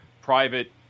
private